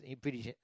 British